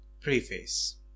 Preface